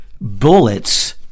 bullets